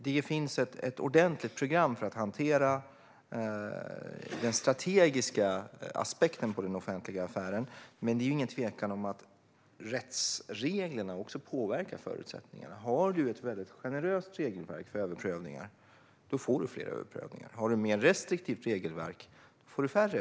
Det finns alltså ett ordentligt program för att hantera den strategiska aspekten hos den offentliga affären, men det är ingen tvekan om att rättsreglerna också påverkar förutsättningarna. Om man har ett väldigt generöst regelverk för överprövningar får man fler överprövningar, men om man har ett restriktivt regelverk får man färre.